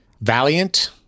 Valiant